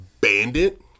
Bandit